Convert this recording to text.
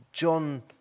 John